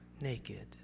naked